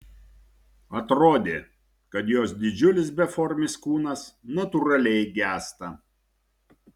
atrodė kad jos didžiulis beformis kūnas natūraliai gęsta